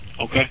Okay